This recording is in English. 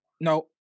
No